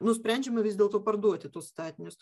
nusprendžiama vis dėlto parduoti tuos statinius